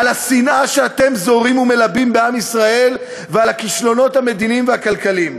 לשנאה שאתם זורים ומלבים בעם ישראל ולכישלונות המדיניים והכלכליים.